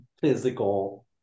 physical